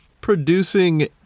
producing